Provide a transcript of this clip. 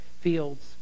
fields